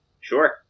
Sure